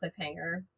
cliffhanger